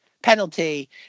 penalty